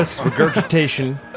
regurgitation